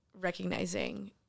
recognizing